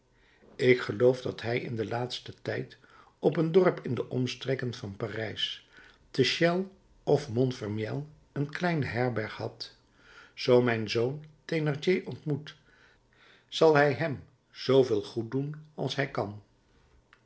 ik geloof dat hij in den laatsten tijd op een dorp in de omstreken van parijs te chelles of montfermeil een kleine herberg had zoo mijn zoon thénardier ontmoet zal hij hem zooveel goed doen als hij kan